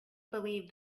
believed